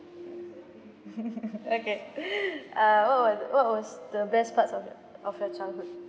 okay uh what was what was the best parts of your of your childhood